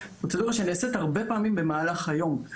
והיא נעשית הרבה פעמים במהלך היום.